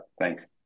thanks